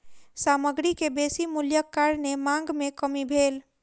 सामग्री के बेसी मूल्यक कारणेँ मांग में कमी भेल